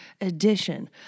edition